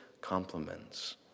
compliments